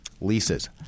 Leases